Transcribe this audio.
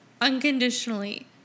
unconditionally